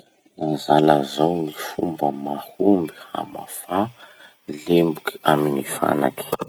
Lazalazao ny fomba mahomby hamafà lemboky amy gny fanaky.